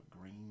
Green